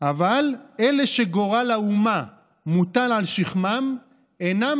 אבל אלה שגורל האומה מוטל על שכמם אינם